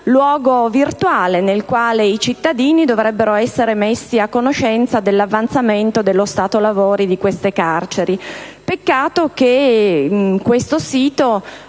luogo virtuale nel quale i cittadini dovrebbero essere messi a conoscenza dell'avanzamento dello stato dei lavori degli istituti penitenziari. Peccato che questo sito